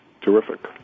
Terrific